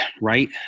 right